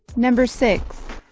number six.